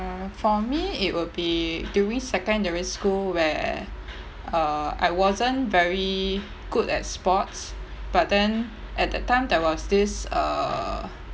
for me it would be during secondary school where uh I wasn't very good at sports but then at that time there was this uh